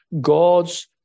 God's